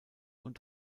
und